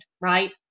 right